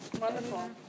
Wonderful